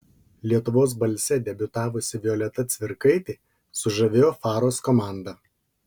lietuvos balse debiutavusi violeta cvirkaitė sužavėjo faros komandą